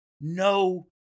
no